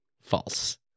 false